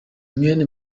mwene